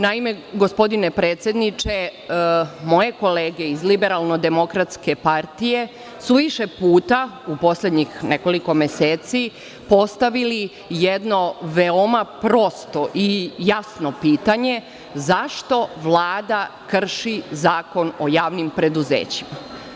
Naime, gospodine predsedniče, moje kolege iz LDP su više puta, u poslednjih nekoliko meseci, postavili jedno veoma prosto i jasno pitanje – zašto Vlada krši Zakon o javnim preduzećima?